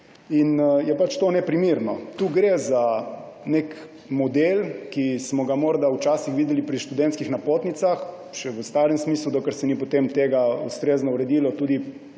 in je to neprimerno. Tu gre za nek model, ki smo ga morda včasih videli pri študentskih napotnicah še v starem smislu, dokler se ni potem to ustrezno uredilo tudi